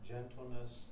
Gentleness